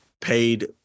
paid